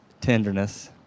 tenderness